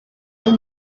kuza